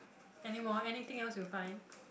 anymore anything else you find